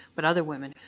but other women.